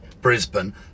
brisbane